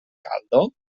caldo